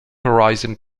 horizon